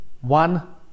One